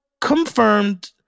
confirmed